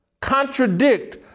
contradict